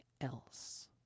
else